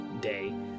day